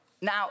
Now